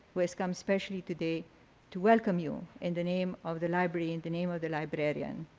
who has come especially today to welcome you in the name of the library, in the name of the librarian,